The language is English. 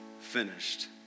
finished